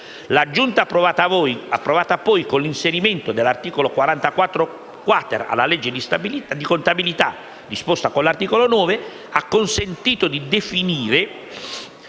L'aggiunta approvata poi con l'inserimento dell'articolo 44-*quater* alla legge di contabilità, disposta con l'articolo 9, ha consentito di definire